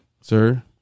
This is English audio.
sir